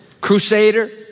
Crusader